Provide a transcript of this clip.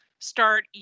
start